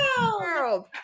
world